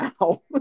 now